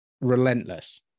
relentless